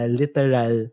literal